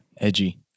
Edgy